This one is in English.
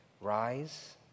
Rise